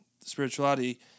spirituality